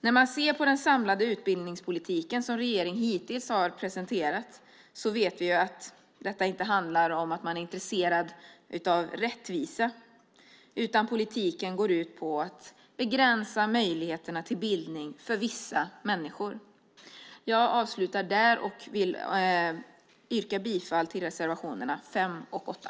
När man ser på den samlade utbildningspolitik som regeringen hittills har presenterat ser man att det inte handlar om att man är intresserad av rättvisa. Politiken går ut på att begränsa möjligheten till bildning för vissa människor. Jag avslutar med att yrka bifall till reservationerna 5 och 8.